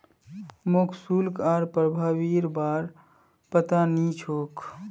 मोक शुल्क आर प्रभावीर बार पता नइ छोक